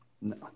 No